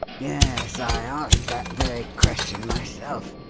yes. i asked that very question myself.